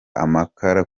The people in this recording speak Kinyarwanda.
amakara